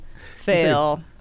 fail